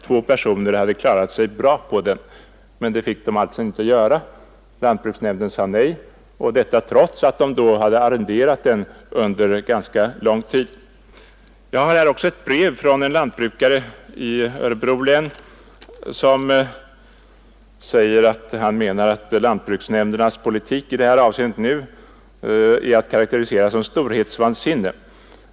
Två personer hade klarat sig bra på den.” Men det fick de alltså inte göra. Lantbruksnämnden sade nej trots att makarna hade arrenderat gården under ganska lång tid. Jag har här också ett brev från en lantbrukare i Örebro län i vilket det står att lantbruksnämndernas politik i det här avseendet nu är att karakterisera som storhetsvansinne.